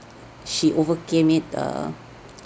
she overcame it err